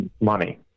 money